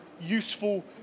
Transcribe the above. useful